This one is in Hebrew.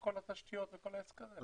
כל התשתיות וכל העסק הזה?